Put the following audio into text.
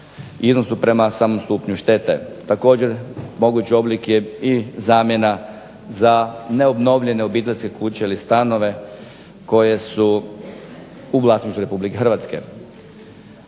iznosu prema samom stupnju štete. Također, mogući oblik je i zamjena za neobnovljene obiteljske kuće ili stanove koji su u vlasništvu RH. Dakle,